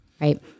right